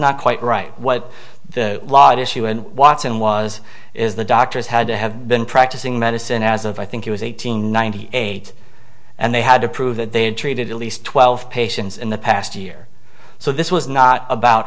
not quite right what the lot issue when watson was is the doctors had to have been practicing medicine as i think it was eighteen ninety eight and they had to prove that they had treated at least twelve patients in the past year so this was not about